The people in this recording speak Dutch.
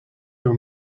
door